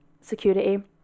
security